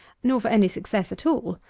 nor for any success at all,